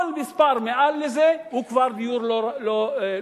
כל מספר מעל זה הוא כבר דיור לא בר-השגה,